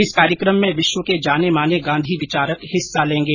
इस कार्यक्रम में विश्व के जाने माने गांधी विचारक हिस्सा लेंगे